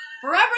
forever